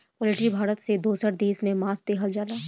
poultry Bharat से दोसर देश में मांस देहल जाला